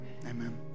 amen